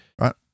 Right